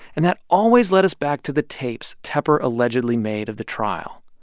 and that always led us back to the tapes tepper allegedly made of the trial.